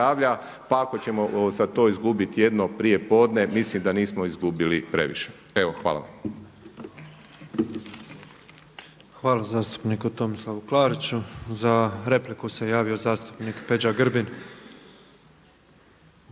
Pa ako ćemo za to izgubit jedno prijepodne mislim da nismo izgubili previše. Evo hvala. **Petrov, Božo (MOST)** Hvala zastupniku Tomislavu Klariću. Za repliku se javio zastupnik Peđa Grbin.